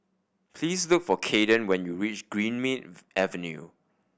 please look for Kaeden when you reach Greenmead Avenue